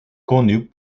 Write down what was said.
connue